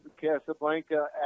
casablanca